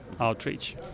outreach